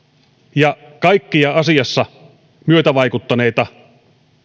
ja kaikkia asiassa myötävaikuttaneita